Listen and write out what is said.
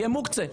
יהיה מוקצה.